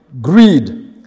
greed